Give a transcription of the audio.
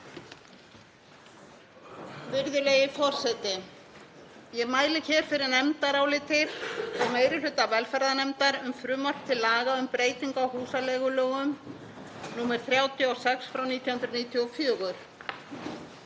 Virðulegi forseti. Ég mæli hér fyrir nefndaráliti meiri hluta velferðarnefndar um frumvarp til laga um breytingu á húsaleigulögum, nr. 36/1994,